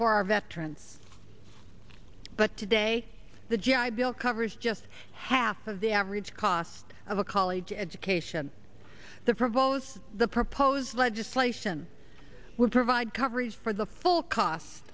our veterans but today the g i bill covers just half of the average cost of a college education the proposed the proposed legislation would provide coverage for the full cost